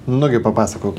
nugi papasakok